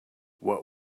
what